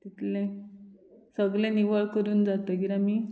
तितलें सगलें निवळ करून जातकीर आमी